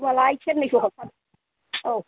होनबालाय सेरनैसो हरफादो औ